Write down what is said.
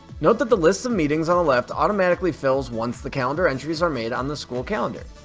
note that the list of meetings on the left automatically fills once the calendar entries are made on the school calendar.